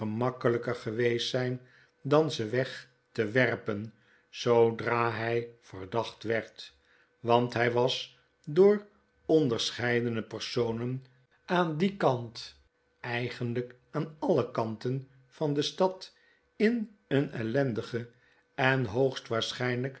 gemakkelyker geweest zijn dan ze weg te werpen zoodra nij verdacht werd want hij was door onderscheidene personen aan dien kant eigenlijk aan alle kanten van de stad in een ellendigen en hoogst